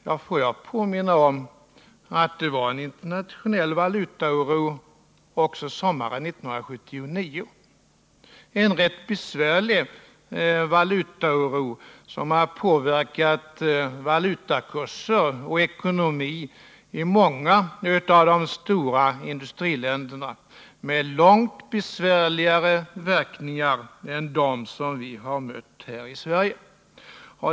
Ja, får jag för min del påminna om att det var en internationell valutaoro också sommaren 1979 — en rätt besvärlig valutaoro som har påverkat valutakurser och ekonomi i många av de stora industriländerna, med långt besvärligare verkningar än de som vi har mött här i Sverige.